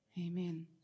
Amen